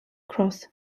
cross